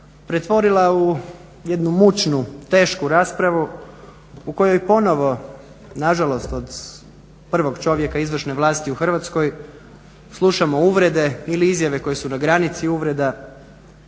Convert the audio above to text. pretvorila u jednu mučnu, tešku raspravu u kojoj ponovo nažalost od prvog čovjeka izvršne vlasti u Hrvatskoj slušamo uvrede ili izjave koje su na granici uvreda.